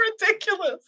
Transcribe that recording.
ridiculous